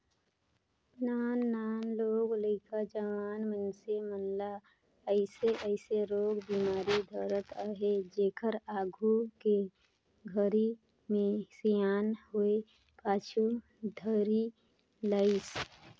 नान नान लोग लइका, जवान मइनसे मन ल अइसे अइसे रोग बेमारी धरत अहे जेहर आघू के घरी मे सियान होये पाछू धरे लाइस